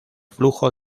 flujo